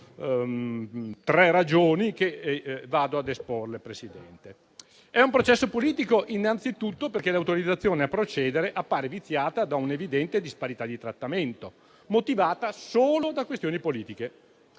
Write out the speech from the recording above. tre ragioni che vado ad esporre. Si tratta di un processo politico innanzitutto perché l'autorizzazione a procedere appare viziata da un'evidente disparità di trattamento, motivata solo da questioni politiche.